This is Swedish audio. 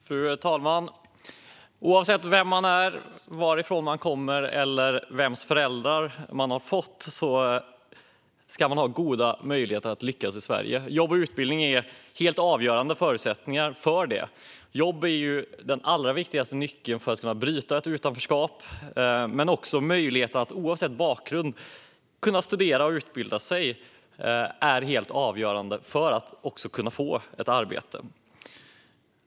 Fru talman! Oavsett vem man är, varifrån man kommer eller vilka föräldrar man har ska man ha goda möjligheter att lyckas i Sverige. Jobb och utbildning är helt avgörande förutsättningar för det. Jobb är den allra viktigaste nyckeln för att kunna bryta ett utanförskap. Men möjligheten att, oavsett bakgrund, studera och utbilda sig är avgörande för att kunna få ett arbete.